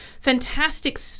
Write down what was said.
fantastic